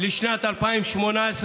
לשנת 2018,